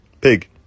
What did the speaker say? Pig